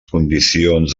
condicions